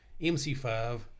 MC5